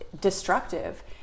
destructive